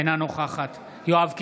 אינה נוכחת יואב קיש,